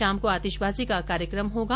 शाम को आतिशबाजी का कार्यक्रम होगा